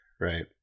right